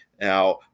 Now